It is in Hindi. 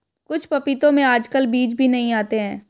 कुछ पपीतों में आजकल बीज भी नहीं आते हैं